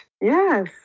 Yes